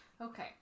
Okay